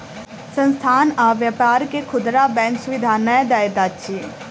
संस्थान आ व्यापार के खुदरा बैंक सुविधा नै दैत अछि